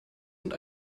und